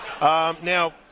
Now